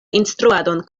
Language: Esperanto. instruadon